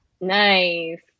Nice